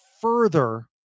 further